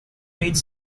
made